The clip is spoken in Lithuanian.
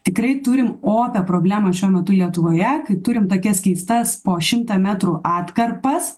tikrai turim opią problemą šiuo metu lietuvoje kai turim tokias keistas po šimtą metrų atkarpas